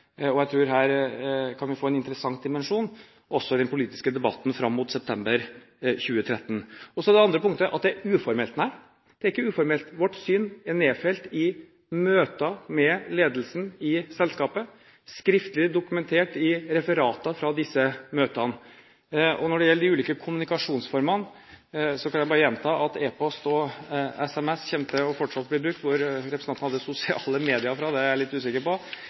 Jeg tror vi her kan få en interessant dimensjon, også i den politiske debatten fram mot september 2013. Så til det andre punktet – at det er uformelt. Nei, det er ikke uformelt. Vårt syn er nedfelt i møter med ledelsen i selskapet, skriftlig dokumentert i referater fra disse møtene. Når det gjelder de ulike kommunikasjonsformene, kan jeg bare gjenta at e-post og SMS fortsatt kommer til å bli brukt. Hvor representanten hadde sosiale medier fra, er jeg litt usikker på.